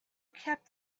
kept